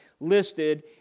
listed